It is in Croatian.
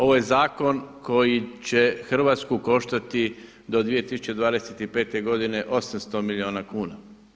Ovo je zakon koji će Hrvatsku koštati do 2025. godine 800 milijuna kuna.